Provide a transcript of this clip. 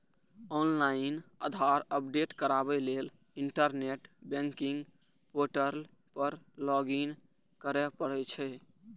online Aadhaar update कराबै लेल internet banking portal पर लॉगइन करय पड़ै छै